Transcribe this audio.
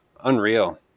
unreal